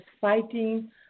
fighting